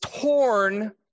torn